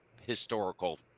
historical